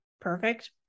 perfect